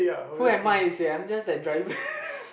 who am I seh I'm just a driver